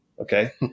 Okay